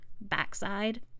backside